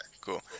cool